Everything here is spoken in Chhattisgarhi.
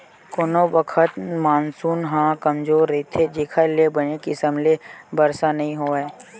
कोनो बखत मानसून ह कमजोर रहिथे जेखर ले बने किसम ले बरसा नइ होवय